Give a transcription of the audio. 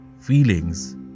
feelings